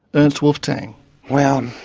ernst wolvetang well,